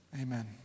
Amen